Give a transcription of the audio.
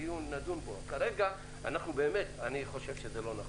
כרגע אני חושב שזה לא נכון.